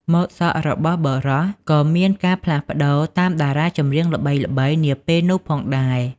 ម៉ូដសក់របស់បុរសក៏មានការផ្លាស់ប្ដូរតាមតារាចម្រៀងល្បីៗនាពេលនោះផងដែរ។